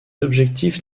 objectif